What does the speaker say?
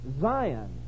Zion